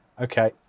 Okay